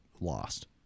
lost